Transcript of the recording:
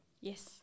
Yes